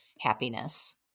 happiness